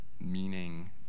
meaning